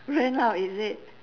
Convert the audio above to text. rent out is it